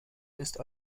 ist